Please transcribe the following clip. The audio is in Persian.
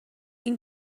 این